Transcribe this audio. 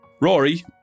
Rory